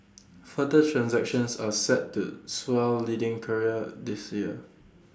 further transactions are set to swell leading carrier this year